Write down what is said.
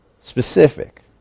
Specific